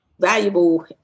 valuable